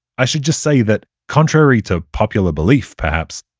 i should just say that contrary to popular belief, perhaps,